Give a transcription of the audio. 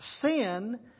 Sin